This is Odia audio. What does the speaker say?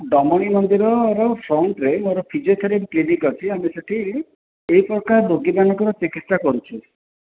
ଡ଼ମଣୀ ମନ୍ଦିର ର ଫ୍ରଣ୍ଟରେ ମୋର ଫିଜିଓଥେରାପି କ୍ଲିନିକ୍ ଅଛି ଆମେ ସେଠି ଏ ପ୍ରକାର ରୋଗୀ ମାନଙ୍କର ଚିକିତ୍ସା କରୁଛୁ